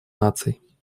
наций